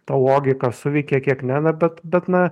ta logika suveikė kiek ne na bet bet na